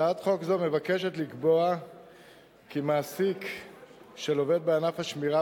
הצעת חוק זו מבקשת לקבוע כי מעסיק של עובד בענף השמירה